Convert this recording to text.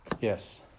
Yes